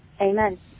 amen